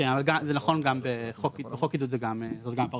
זה נכון גם בחוק עידוד זה גם פרשנות,